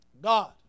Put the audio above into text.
God